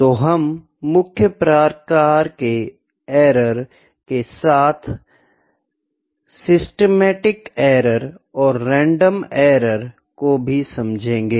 तो हम मुख्य प्रकार के एरर के साथ साथ सिस्टेमेटिक एरर और रैंडम एरर को भी समझेंगे